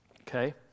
Okay